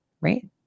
right